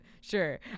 sure